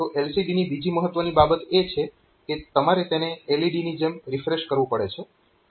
તો LCD ની બીજી મહત્વની બાબત એ છે કે તમારે તેને LED ની જેમ રિફ્રેશ કરવું પડે છે